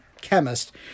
chemist